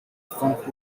funk